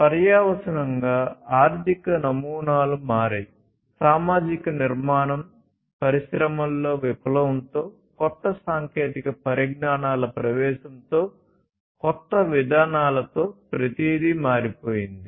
పర్యవసానంగా ఆర్థిక నమూనాలు మారాయి సామాజిక నిర్మాణం పరిశ్రమలలో విప్లవంతో కొత్త సాంకేతిక పరిజ్ఞానాల ప్రవేశంతో కొత్త విధానాలతో ప్రతిదీ మారిపోయింది